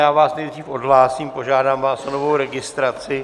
Já vás nejdřív odhlásím, požádám vás o novou registraci.